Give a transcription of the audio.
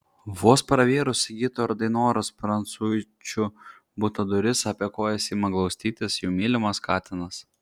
vos pravėrus sigito ir dainoros prancuičių buto duris apie kojas ima glaustytis jų mylimas katinas